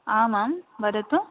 आम् आं वदतु